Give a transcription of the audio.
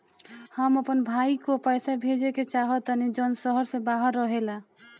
हम अपन भाई को पैसा भेजे के चाहतानी जौन शहर से बाहर रहेला